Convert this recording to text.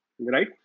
right